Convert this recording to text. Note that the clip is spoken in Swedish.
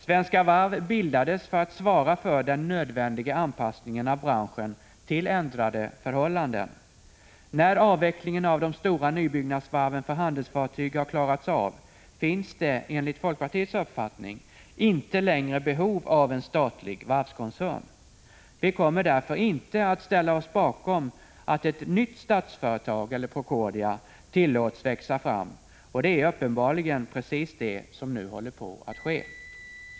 Svenska Varv bildades för att svara för den nödvändiga anpassningen av branschen till ändrade förhållanden. När avvecklingen av de stora nybyggnadsvarven för handelsfartyg har klarats av finns det, enligt folkpartiets uppfattning, inte längre behov av en statlig varvskoncern. Vi kommer därför inte att ställa oss bakom att ett nytt Statsföretag — eller Procordia — tillåts växa fram. Det är uppenbarligen precis vad som håller på att ske.